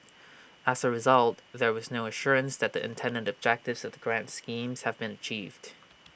as A result there was no assurance that the intended objectives of the grant schemes had been achieved